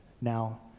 now